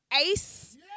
Ace